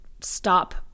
stop